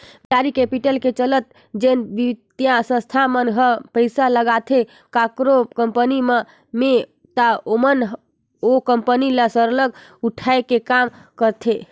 venture capital के चलत जेन बित्तीय संस्था मन हर पइसा लगाथे काकरो कंपनी मन में ता ओमन ओ कंपनी ल सरलग उठाए के काम करथे